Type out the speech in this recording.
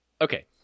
Okay